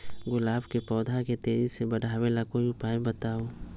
गुलाब के पौधा के तेजी से बढ़ावे ला कोई उपाये बताउ?